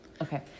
Okay